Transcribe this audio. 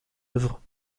œuvre